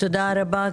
תודה רבה,